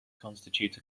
constitute